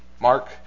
Mark